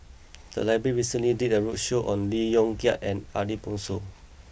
the library recently did a roadshow on Lee Yong Kiat and Ariff Bongso